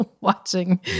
watching